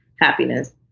happiness